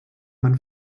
man